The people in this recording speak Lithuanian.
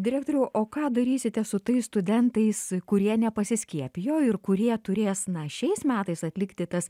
direktoriau o ką darysite su tais studentais kurie nepasiskiepijo ir kurie turės na šiais metais atlikti tas